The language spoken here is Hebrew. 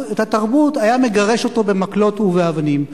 התרבות היה מגרש אותו במקלות ובאבנים.